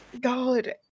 god